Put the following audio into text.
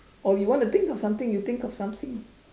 or you wanna think of something you think of something